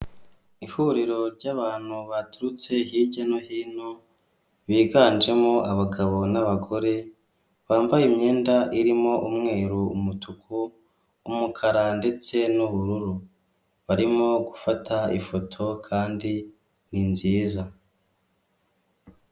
Ihuriro ry'abantu baturutse hirya no hino, biganjemo abagabo n'abagore bambaye imyenda irimo umweru umutuku, umukara ndetse n'ubururu, barimo gufata ifoto kandi ni nziza.